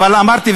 אבל אמרתי,